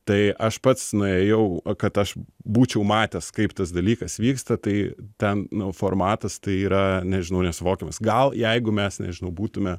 tai aš pats nuėjau kad aš būčiau matęs kaip tas dalykas vyksta tai ten nu formatas tai yra nežinau nesuvokiamas gal jeigu mes nežinau būtume